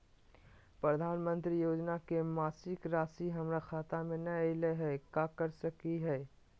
प्रधानमंत्री योजना के मासिक रासि हमरा खाता में नई आइलई हई, का कर सकली हई?